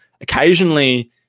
Occasionally